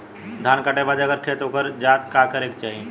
धान कांटेके बाद अगर खेत उकर जात का करे के चाही?